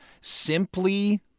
simply